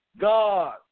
God